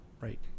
right